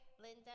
Linda